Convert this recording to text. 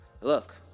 look